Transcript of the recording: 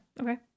Okay